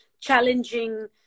challenging